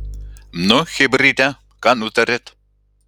nu chebryte ką nutarėt